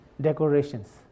decorations